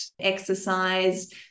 exercise